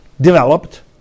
developed